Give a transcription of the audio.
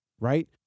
right